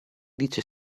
dice